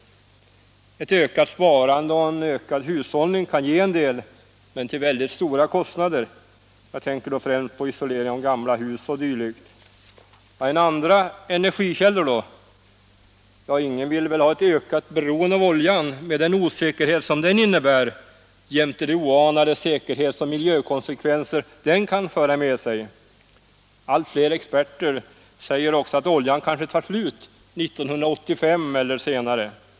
Ett ökat sparande och en ökad hushållning kan ge en del men till väldigt stora kostnader —- jag tänker då främst på isolering av gamla hus 0. d. Andra energikällor då? Ingen vill väl ha ett ökat beroende av oljan med den osäkerhet som det innebär jämte de oanade säkerhetsoch miljökonsekvenser den kan föra med sig. Allt fler experter säger också att oljan kanske tar slut 1985 eller något senare.